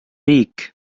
riik